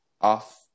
off